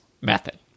method